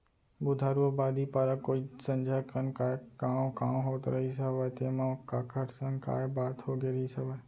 बुधारू अबादी पारा कोइत संझा कन काय कॉंव कॉंव होत रहिस हवय तेंमा काखर संग काय बात होगे रिहिस हवय?